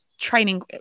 training